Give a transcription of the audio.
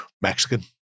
Mexican